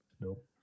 Nope